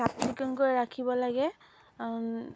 চাফ চিকুণকৈ ৰাখিব লাগে